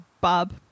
Bob